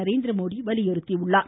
நரேந்திரமோடி வலியுறுத்தியுள்ளார்